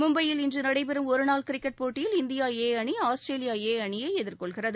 மும்பையில் இன்று நடைபெறும் ஒருநாள் கிரிக்கெட் போட்டியில் இந்திய ஏ அணி ஆஸ்திரேலிய ஏ அணியை எதிர்கொள்கிறது